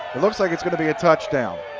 looks like it's going to be a touchdown.